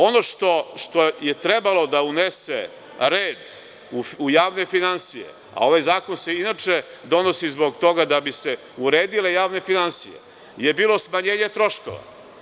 Ono što je trebalo da unese red u javne finansije, a ovaj zakon se inače donosi zbog toga da bi se uredile javne finansije, je bilo smanjenje troškova.